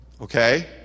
Okay